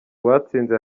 batsinze